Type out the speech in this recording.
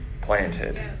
planted